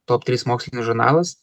top trys mokslinis žurnalas